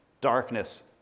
darkness